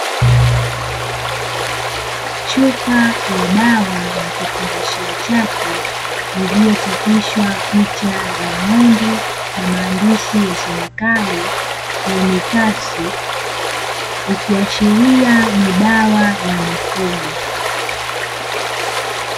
Chupa ya dawa na kifungashio chake iliyochapishwa picha ya ngómbe na mandishi yasomekayo "FLUMITAS", ikiashiria ni dawa ya mifugo.